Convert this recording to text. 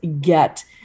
get